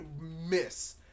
miss